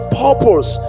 purpose